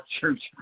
church